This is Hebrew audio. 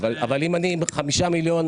אבל אם אני עם 5 מיליון,